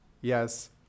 Yes